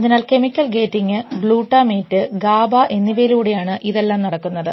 അതിനാൽ chemical gating glutamate GABA എന്നിവയിലൂടെയാണ് ഇതെല്ലാം നടക്കുന്നത്